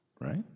right